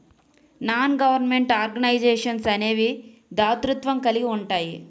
non government organisations అనేవి దాతృత్వం కలిగి ఉంటాయి